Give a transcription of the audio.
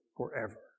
forever